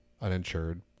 uninsured